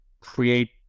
create